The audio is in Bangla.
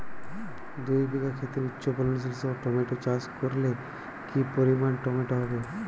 দুই বিঘা খেতে উচ্চফলনশীল টমেটো চাষ করলে কি পরিমাণ টমেটো হবে?